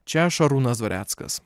čia šarūnas dvareckas